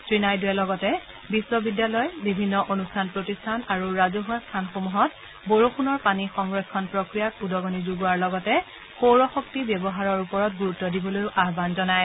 শ্ৰীনাইডুৱে লগতে বিশ্ববিদ্যালয় বিভিন্ন অনুষ্ঠান প্ৰতিষ্ঠান আৰু ৰাজহুৱা স্থানসমূহত বৰষুণৰ পানী সংৰক্ষণ প্ৰক্ৰিয়াক উদগণি যোগোৱাৰ লগতে সৌৰ শক্তি ব্যৱহাৰৰ ওপৰত গুৰুত্ব দিবলৈ আহান জনায়